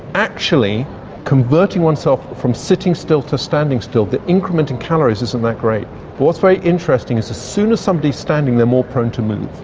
actually converting oneself from sitting still to standing still, the increment in calories isn't that great. but what's very interesting is that as soon as somebody's standing they're more prone to move.